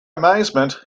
amazement